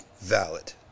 valid